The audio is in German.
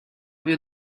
wir